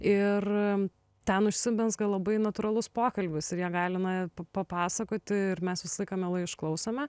ir ten užsimezga labai natūralus pokalbis ir jie gali na papasakoti ir mes visą laiką mielai išklausome